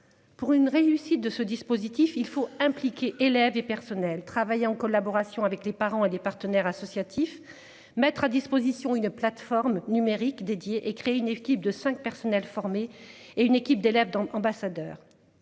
Pour une réussite de ce dispositif, il faut impliquer, élèves et personnels travaillant en collaboration avec les parents et des partenaires associatifs, mettre à disposition une plateforme numérique dédiée et créer une équipe de 5 personnel formé et une équipe d'élèves dans ambassadeur.